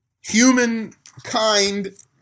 Humankind